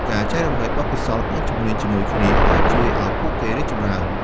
ការចែករំលែកបទពិសោធន៍ និងជំនាញជាមួយគ្នា អាចជួយឱ្យពួកគេរីកចម្រើន។